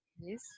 Yes